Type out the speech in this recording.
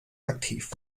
aktiv